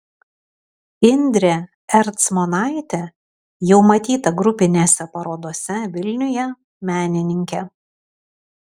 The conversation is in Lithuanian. indrė ercmonaitė jau matyta grupinėse parodose vilniuje menininkė